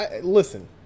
Listen